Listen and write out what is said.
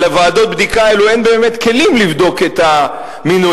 אבל לוועדות הבדיקה האלה אין באמת כלים לבדוק את המינויים.